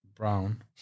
brown